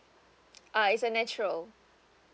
uh is a natural